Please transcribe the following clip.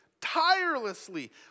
tirelessly